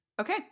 Okay